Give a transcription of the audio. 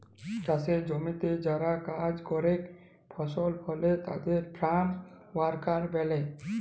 চাসের জমিতে যারা কাজ করেক ফসল ফলে তাদের ফার্ম ওয়ার্কার ব্যলে